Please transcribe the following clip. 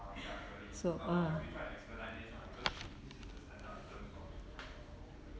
so ugh